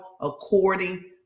according